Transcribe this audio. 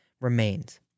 remains